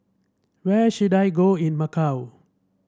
where should I go in Macau